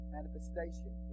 Manifestation